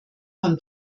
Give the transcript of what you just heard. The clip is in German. von